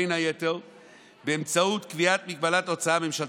בין היתר באמצעות קביעת מגבלת ההוצאה הממשלתית,